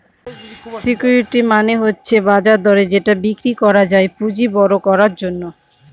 security মানে হচ্ছে বাজার দরে যেটা বিক্রি করা যায় পুঁজি বড়ো করার জন্য